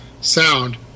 sound